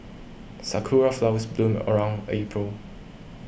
sakura flowers bloom around April